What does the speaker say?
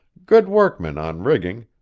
good workmen on rigging,